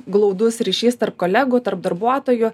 glaudus ryšys tarp kolegų tarp darbuotojų